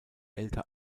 älter